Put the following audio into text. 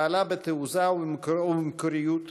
שפעלה בתעוזה ובמקוריות,